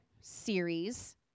series